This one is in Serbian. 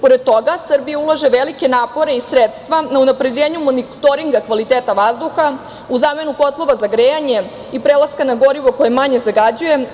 Pored toga, Srbija ulaže velike napore i sredstva na unapređenju monitoringa kvaliteta vazduha u zamenu kotlova za grejanje i prelaska na gorivo koje manje zagađuje.